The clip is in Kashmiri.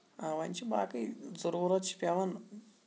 آ وۄنۍ چھِ باقٕے ضروٗرت چھ پیوان